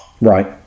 Right